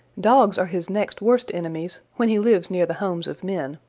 dogs are his next worst enemies when he lives near the homes of men.